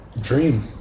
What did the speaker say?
Dream